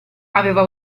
aveva